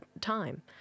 time